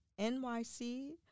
NYC